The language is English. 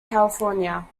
california